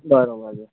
બરાબર છે